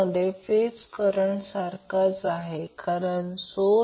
तर cos 30° ते 2 cos 30° असेल यासह येथून येथे cos 30° येथून येथे cos 30°